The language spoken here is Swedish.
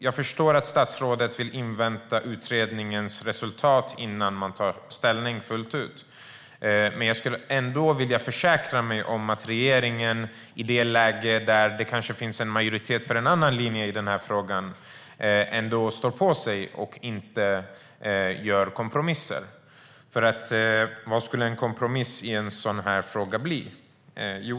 Jag förstår att statsrådet vill invänta utredningens resultat innan man tar ställning fullt ut, men jag skulle ändå vilja försäkra mig om att regeringen i det läge där det kanske finns en majoritet för en annan linje i frågan trots det står på sig och inte gör kompromisser. För vad skulle en kompromiss i en sådan här fråga bli?